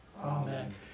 amen